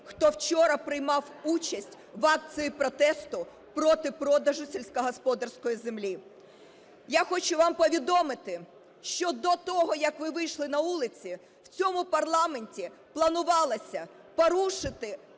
хто вчора приймав участь в акції протесту проти продажу сільськогосподарської землі. Я хочу вам повідомити, що до того, як ви вийшли на вулиці, в цьому парламенті планувалося порушити